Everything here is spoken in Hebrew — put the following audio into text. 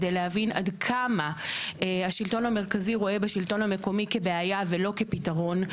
כדי להבין עד כמה השלטון המרכזי רואה בשלטון המקומי כבעיה ולא כפתרון.